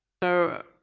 so,